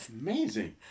Amazing